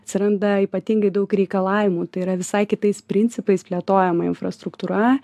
atsiranda ypatingai daug reikalavimų tai yra visai kitais principais plėtojama infrastruktūra